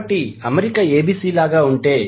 కాబట్టి అమరిక abc లాగా ఉంటే